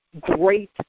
great